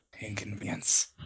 Inconvenience